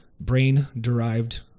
brain-derived